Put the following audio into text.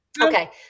Okay